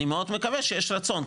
אני מאוד מקווה שיש רצון,